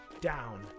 down